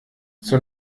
zur